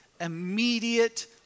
immediate